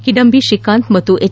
ಕಿಡಂಬಿ ಶ್ರೀಕಾಂತ್ ಮತ್ತು ಎಚ್